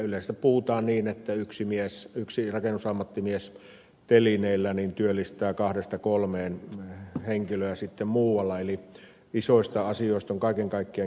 yleensä puhutaan niin että yksi rakennusammattimies telineillä työllistää kaksi kolme henkilöä muualla eli isoista asioista on kaiken kaikkiaan kysymys